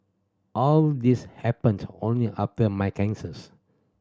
all these happened only after my cancers